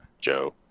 Joe